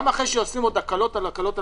גם אחרי שעושים הקלות על הקלות?